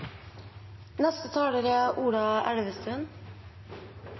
Neste taler er